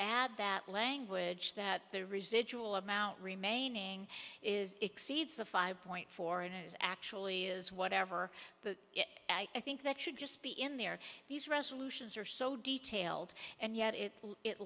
add that language that the residual amount remaining is exceeds the five point four and it actually is whatever the i think that should just be in there these resolutions are so detailed and yet it it